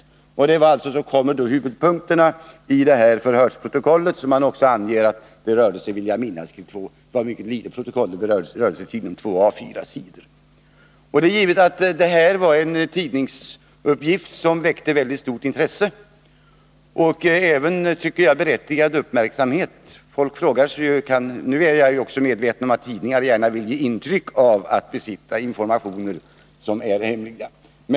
Så kommer huvudpunkterna i förhörsprotokollet, som jag vill minnas var ett mycket litet protokoll — det rörde sig tydligen om två A4-sidor. Det är givet att det här var en tidningsuppgift som väckte väldigt stort intresse, och även berättigad uppmärksamhet, tycker jag. Jag är naturligtvis medveten om att tidningar gärna vill ge intryck av att besitta informationer som är hemliga.